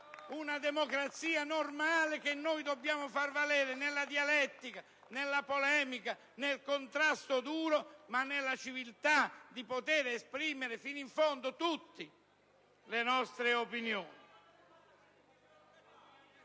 una democrazia normale che noi dobbiamo far valere nella dialettica, nella polemica, nel contrasto duro, ma nella civiltà di poter tutti esprimere fino in fondo le nostre opinioni.